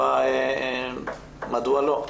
מדוע לא?